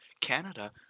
Canada